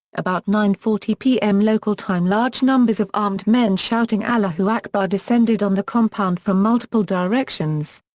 about nine forty pm local time large numbers of armed men shouting allahu akbar descended on the compound from multiple directions.